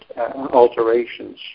alterations